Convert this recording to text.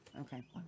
Okay